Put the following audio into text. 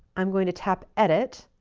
i'm going to tap edit.